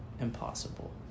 impossible